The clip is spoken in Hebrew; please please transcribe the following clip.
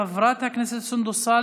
חברת הכנסת סונדוס,